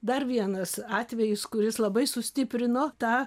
dar vienas atvejis kuris labai sustiprino tą